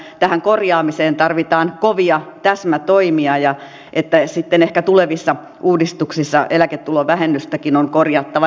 he kertoivat että tähän korjaamiseen tarvitaan kovia täsmätoimia ja että sitten ehkä tulevissa uudistuksissa eläketulovähennystäkin on korjattava